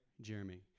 Jeremy